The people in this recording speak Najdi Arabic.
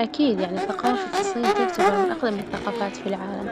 أكيد يعني ثقافة الصين تعتبر من أقدم الثقافات في العالم،